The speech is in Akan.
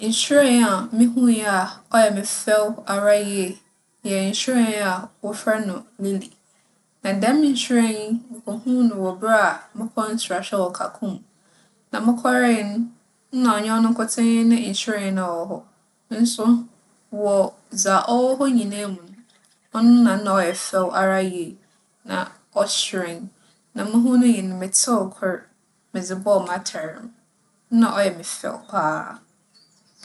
Nhyiren a muhunii a ͻyɛ me fɛw ara yie yɛ nhyiren a wͻfrɛ no lili. Na dɛm nhyiren yi, mukohun no wͻ ber a mokͻr nserahwɛ wͻ kakum. Na mokͻree no, nna ͻnnyɛ ͻno nkotsee ne nhyiren a ͻwͻ hͻ nso wͻ dza ͻwͻ hͻ nyina mu no, ͻno na nna ͻyɛ fɛw ara yie na ͻhyerɛn. Na muhunii no, metseew kor medze bͻͻ m'atar mu. Nna ͻyɛ me fɛw paa.